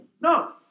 No